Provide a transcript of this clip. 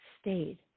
stayed